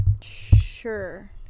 sure